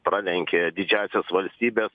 pralenkia didžiąsias valstybes